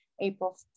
April